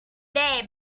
there